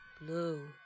Blue